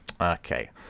Okay